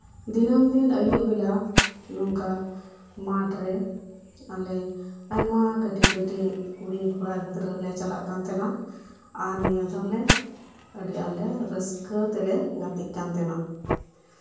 ᱫᱤᱱᱟᱹᱢ ᱫᱤᱱ ᱟᱭᱩᱵ ᱵᱮᱞᱟ ᱱᱚᱝᱠᱟ ᱢᱟᱴᱷ ᱨᱮ ᱟᱞᱮ ᱟᱭᱢᱟ ᱠᱟᱹᱴᱤᱡ ᱠᱟᱹᱴᱤᱡ ᱠᱩᱲᱤᱼᱠᱚᱲᱟ ᱜᱤᱫᱽᱨᱟᱹ ᱞᱮ ᱪᱟᱞᱟᱜ ᱠᱟᱱ ᱛᱟᱦᱮᱱᱟ ᱟᱨ ᱱᱤᱭᱟᱹ ᱫᱚ ᱟᱹᱰᱤ ᱟᱸᱴ ᱨᱟᱹᱥᱠᱟᱹ ᱛᱮᱞᱮ ᱜᱟᱛᱮᱜ ᱠᱟᱱ ᱛᱟᱦᱮᱱᱟ